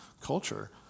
culture